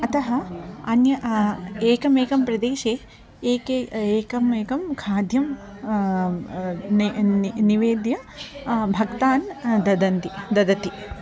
अतः अन्य एकमेकं प्रदेशे एके एकम् एकं खाद्यं ने न् निवेद्य भक्ताय ददति ददति